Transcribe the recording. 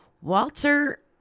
Walter